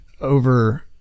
over